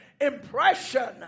impression